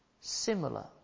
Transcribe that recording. similar